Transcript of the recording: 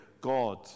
God